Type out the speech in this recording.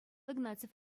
игнатьев